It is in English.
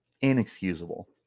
inexcusable